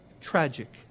tragic